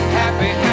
happy